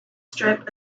strip